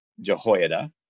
Jehoiada